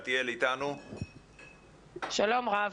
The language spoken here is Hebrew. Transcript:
שלום רב.